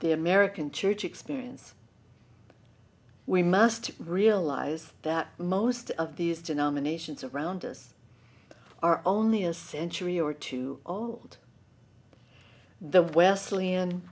the american church experience we must realize that most of these denominations around us are only a century or two all the wesley